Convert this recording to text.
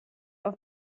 auf